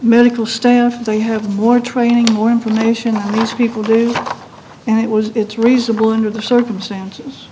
medical staff they have more training more information on these people and it was it's reasonable under the circumstances